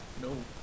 No